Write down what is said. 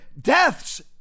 deaths